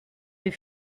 des